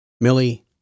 Millie